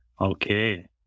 okay